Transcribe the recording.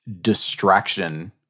distraction